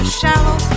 shallow